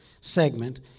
segment